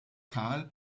kahl